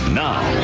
now